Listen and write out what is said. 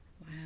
Wow